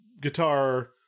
guitar